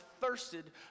thirsted